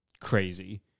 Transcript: crazy